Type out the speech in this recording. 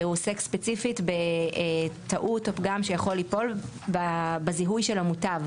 והוא עוסק ספציפית בטעות או פגם שיכול ליפול בזיהוי של המוטב.